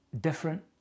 different